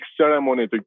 ceremony